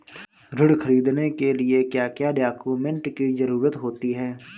ऋण ख़रीदने के लिए क्या क्या डॉक्यूमेंट की ज़रुरत होती है?